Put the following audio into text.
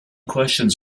questions